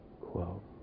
quote